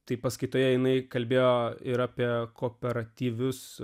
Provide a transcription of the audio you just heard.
tai paskaitoje jinai kalbėjo ir apie operatyvius